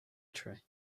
tree